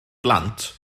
blant